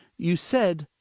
you said